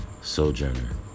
Sojourner